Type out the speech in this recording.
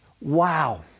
Wow